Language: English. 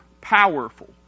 powerful